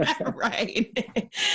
right